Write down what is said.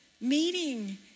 meeting